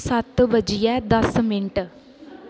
सत्त बज्जियै दस मिंट